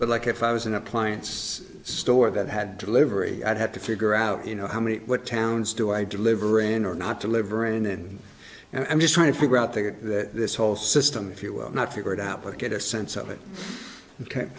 but like if i was an appliance store that had to delivery i'd have to figure out you know how many towns do i delivering or not delivering and i'm just trying to figure out that this whole system if you will not figure it out but get a sense of it ok